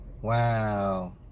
Wow